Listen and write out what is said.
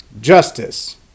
Justice